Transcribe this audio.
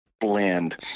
blend